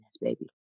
baby